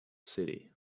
city